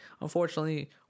unfortunately